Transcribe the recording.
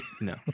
No